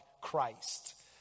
Christ